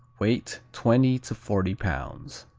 weight twenty to forty pounds.